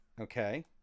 Okay